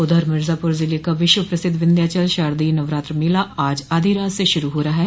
उधर मिर्जापुर ज़िले का विश्व प्रसिद्ध विन्ध्याचल शारदीय नवरात्र मेला आज आधी रात से शुरू हो रहा है